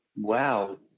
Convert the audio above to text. wow